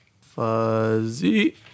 Fuzzy